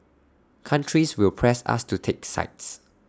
countries will press us to take sides